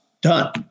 Done